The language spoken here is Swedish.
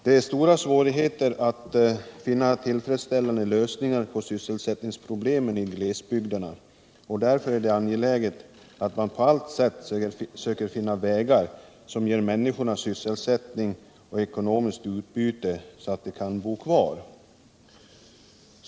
Det är mycket svårt att finna tillfredsställande lösningar på sysselsättningsproblemen i glesbygderna, och därför är det angeläget att man på allt sätt söker finna vägar som ger människorna sysselsättning och ekonomiskt utbyte så att de kan bo kvar.